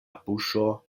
buŝo